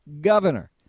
governor